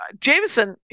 Jameson